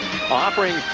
offering